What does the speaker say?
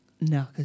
No